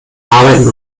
arbeiten